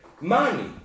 money